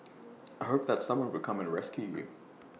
hope that someone would come and rescue you